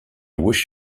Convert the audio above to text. wish